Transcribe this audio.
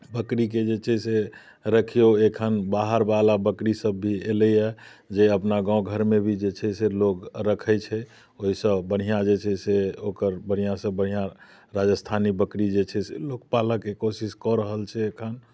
बकरीके छै से रखियौ एखन बाहरवला बकरीसभ भी एलैए जे अपना गाम घरमे भी जे छै सेहो लोग रखै छै ओहिसँ बढ़िआँ जे छै से ओकर बढ़िआँसँ बढ़िआँ राजस्थानी बकरी जे छै से पालयके कोशिश कऽ रहल छै एखन